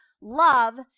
love